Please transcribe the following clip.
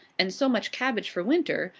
and so much cabbage for winter,